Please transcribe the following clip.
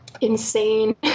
insane